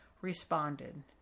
responded